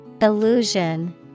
Illusion